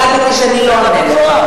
החלטתי שאני לא אענה לך.